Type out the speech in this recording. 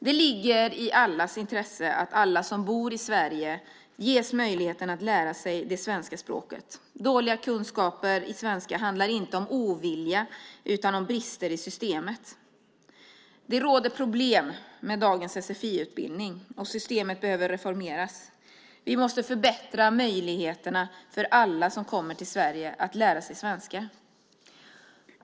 Det ligger i allas intresse att alla som bor i Sverige ges möjlighet att lära sig det svenska språket. Dåliga kunskaper i svenska handlar inte om ovilja utan om brister i systemet. Det råder problem med dagens sfi-utbildning. Systemet behöver reformeras. Vi måste förbättra möjligheterna för alla som kommer till Sverige att lära sig svenska.